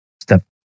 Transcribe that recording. step